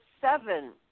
seven